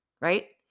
right